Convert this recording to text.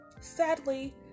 Sadly